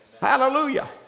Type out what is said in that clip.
Hallelujah